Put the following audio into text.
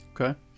Okay